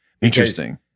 Interesting